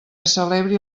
celebri